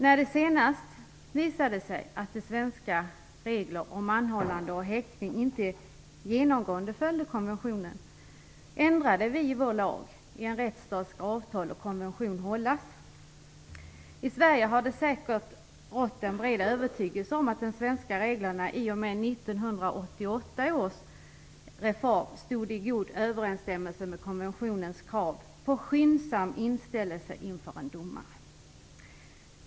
När det senast visade sig att de svenska reglerna om anhållande och häktning inte genomgående följde konventionen ändrade vi vår lag. I en rättsstat skall avtal och konventioner hållas. I Sverige har det säkert rått en bred övertygelse om att de svenska reglerna i och med 1988 års reform stod i god överensstämmelse med konventionens krav på skyndsam inställelse inför en domare.